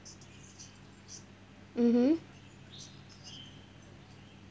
mmhmm